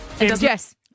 Yes